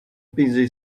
busy